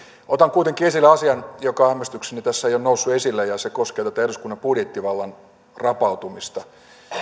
otan kuitenkin esille asian joka hämmästyksekseni tässä ei ole noussut esille ja se koskee eduskunnan budjettivallan rapautumista